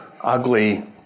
ugly